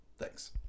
Thanks